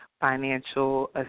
financial